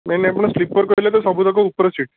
ନାଇଁ ନାଇଁ ଆପଣ ସ୍ଲିପର୍ କହିଲେ ତ ସବୁ ଯାକ ଉପର ସିଟ୍